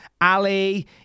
Ali